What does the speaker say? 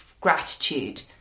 gratitude